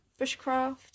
bushcraft